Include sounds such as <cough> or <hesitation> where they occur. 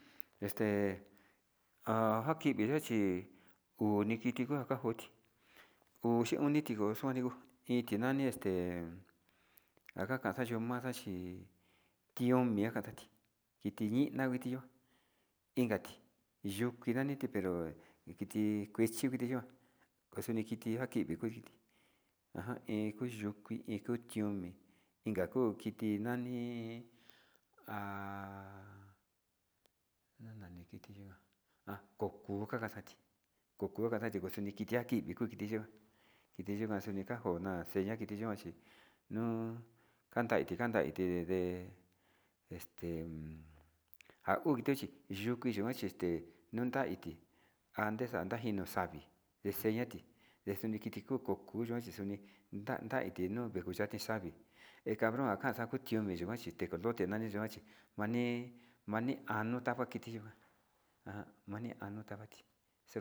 Este ha njakivi xhia chí uu nii kinjikua njakoti uxi oni ti'oxo iin ti nani este njakako tinana xí tiomi njakan tati kiti ina kuu tiyuan inkati yuki naniti pero tikuechi kuu iti yikuan pues kiti njakivi kunjiti iin kuyukui iin kuñomi, iin kuu kiti nani <hesitation> ha nani kiti yikuan ha koku kakaxati koko kaxati kuxunitixiati kivi kuu tixhikuan, yikuan kuni kakoxaki yian tiki yikuan nuu kandaiti kandaiti nde este a uu kiti yikuan chí yuu kui yikuan este nunda iti njande njaka xhino savi ndexiati ndexini kokuya xixuni ndadan iti nuu kinu xa'a ndatit savi he cabron xakutioni yikuan xhitecolote nani yikuan chí mani mani ano taka kiti yikuan ajan mani ano tavati.